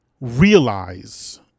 realize